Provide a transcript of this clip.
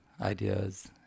ideas